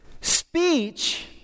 Speech